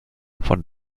von